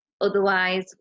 Otherwise